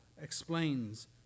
explains